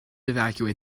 evacuate